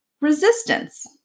resistance